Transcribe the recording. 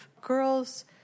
girls